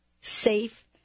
safe